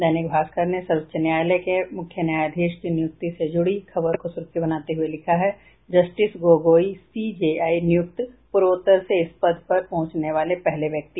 दैनिक भास्कर ने सर्वोच्च न्यायालय के मुख्य न्यायाधीश की नियुक्ति से जुड़ी खबर को सुर्खी बनाते हुए लिखा है जस्टिस गोगोई सीजेआई नियुक्त पूर्वोत्तर से इस पद पर पहुंचने वाले पहले व्यक्ति